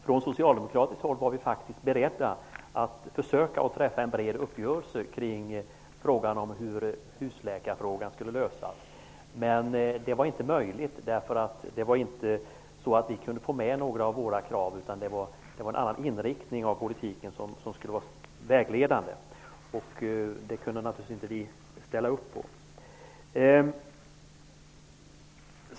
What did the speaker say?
Från socialdemokratiskt håll var vi faktiskt beredda att försöka träffa en bred uppgörelse om hur husläkarfrågan skulle lösas. Det var inte möjligt. Vi kunde inte få med några av våra krav. Det var en annan inriktning av politiken som skulle vara vägledande. Det kunde vi naturligtvis inte ställa upp på.